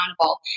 accountable